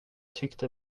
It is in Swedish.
tyckte